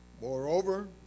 Moreover